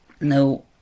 No